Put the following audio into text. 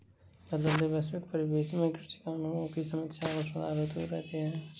बदलते वैश्विक परिवेश में कृषि कानूनों की समीक्षा और सुधार होते रहने चाहिए